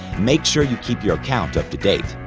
make sure you keep your account up to date.